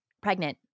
Pregnant